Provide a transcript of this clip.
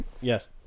Yes